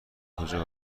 کجا